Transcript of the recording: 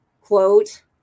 quote